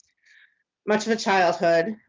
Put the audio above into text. much of a childhood.